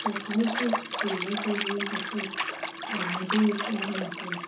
शेता विशीं फुडले पिळगे खातीर म्हजे विचार म्हणल्यार